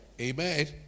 Amen